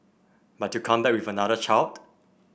but you come back with another child